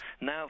Now